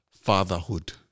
Fatherhood